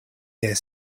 here